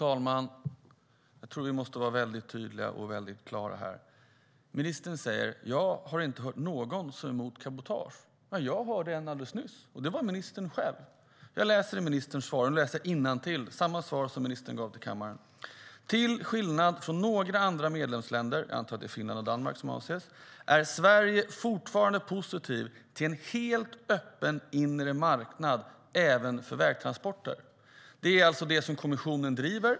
Fru talman! Vi måste vara väldigt tydliga och klara här. Ministern säger: Jag har inte hört någon som är emot cabotage. Men jag hörde en alldeles nyss, och det var ministern själv. Jag läser innantill i samma svar som ministern gav till kammaren: "Till skillnad från några andra medlemsländer" - jag antar att det är Finland och Danmark som avses - "är Sverige fortfarande positivt till en helt öppen inre marknad även för vägtransporter." Det är alltså det som kommissionen driver.